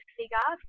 figure